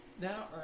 now